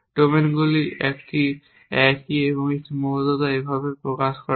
ডোমেনগুলি একই এবং এই সীমাবদ্ধতাটি এভাবে প্রকাশ করা হয়